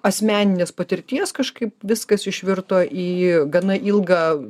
asmeninės patirties kažkaip viskas išvirto į gana ilgą